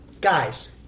Guys